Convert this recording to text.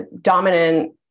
dominant